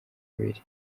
abiri